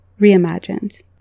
reimagined